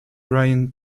brian